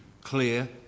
clear